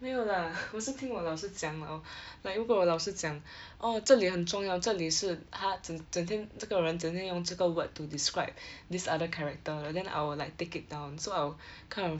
没有啦 我是听我老师讲 lor like 如果我老师讲 orh 这里很重要这里是他整整天这个人整天用这个 word to describe this other character then I will like take it down so I will kind of